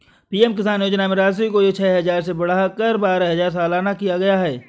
PM Kisan योजना में राशि को छह हजार से बढ़ाकर बारह हजार सालाना किया गया है